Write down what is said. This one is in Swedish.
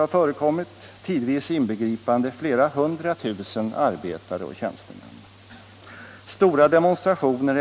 av olika organisationer.